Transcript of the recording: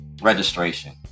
registration